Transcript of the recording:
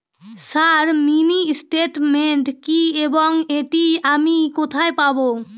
Sir mini statement কি এবং এটি আমি কোথায় পাবো?